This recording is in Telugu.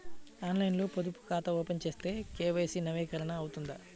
ఆన్లైన్లో పొదుపు ఖాతా ఓపెన్ చేస్తే కే.వై.సి నవీకరణ అవుతుందా?